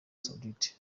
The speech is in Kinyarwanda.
saudite